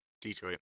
Detroit